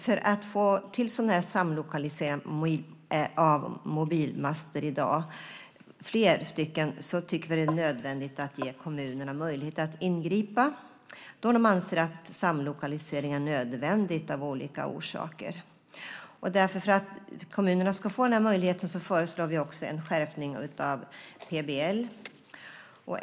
För att få till stånd mer av samlokalisering av mobilmaster än i dag tycker vi att det är nödvändigt att ge kommunerna möjlighet att ingripa då de anser att samlokalisering är nödvändig av olika orsaker. För att kommunerna ska få denna möjlighet föreslår vi också en skärpning av PBL.